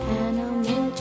animal